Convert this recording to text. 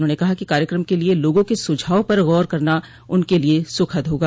उन्होंने कहा कि कार्यक्रम के लिए लोगों के सुझाव पर गौर करना उनके लिए सुखद होगा